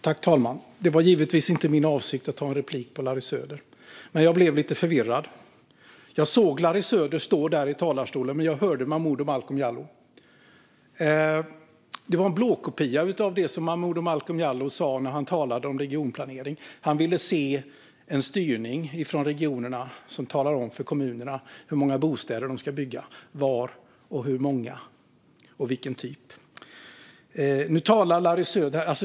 Fru talman! Det var givetvis inte min avsikt att begära replik på Larry Söder, men jag blev lite förvirrad, för jag såg Larry Söder stå där i talarstolen, men jag hörde Momodou Malcolm Jallow tala. Det Larry Söder sa var en blåkopia av det Momodou Malcolm Jallow sa när han talade om regionplanering. Han ville se en styrning från regionerna som talar om för kommunerna hur många bostäder de ska bygga, var de ska byggas och vilken typ de ska vara.